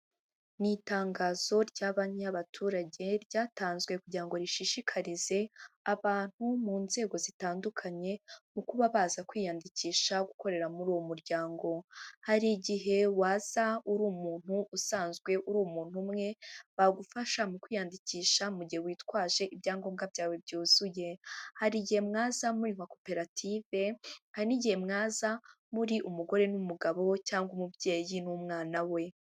Ni itangazo rya banki y'abaturage ryatanzwe kugira ngo rishishikarize abantu mu nzego zitandukanye mu kuba baza kwiyandikisha gukorera muri uwo muryango, hari igihe waza uri umuntu usanzwe uri umuntu umwe bagufasha mu kwiyandikisha mu gihe witwaje ibyangombwa byawe byuzuye, hari igihe mwaza muri nka koperative, hari n'igihe mwaza muri umugore n'umugabo cyangwa umubyeyi n'umwana we.